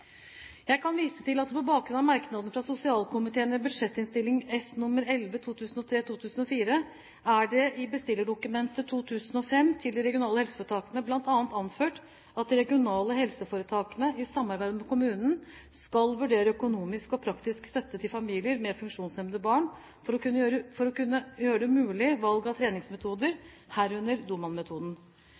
Jeg kan vise til at på bakgrunn av merknad fra sosialkomiteen i Budsjett-innst. S. nr. 11 for 2003–2004 er det i Bestillerdokument 2005 til de regionale helseforetakene bl.a. anført at de regionale helseforetakene i samarbeid med kommunen skal vurdere økonomisk og praktisk støtte til familier med funksjonshemmede barn for å kunne